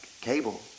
cable